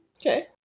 Okay